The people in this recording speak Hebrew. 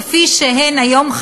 כפי שהן היום,